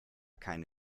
keine